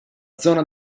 zona